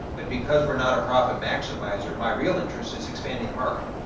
but because we're not a profit maximizer, my real interest is expanding the market.